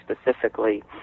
specifically